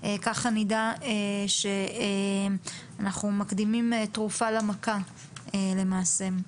ככה נדע שאנחנו מקדימים תרופה למכה למעשה.